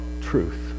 truth